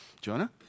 Jonah